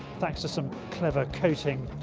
thanks to some clever coating.